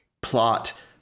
plot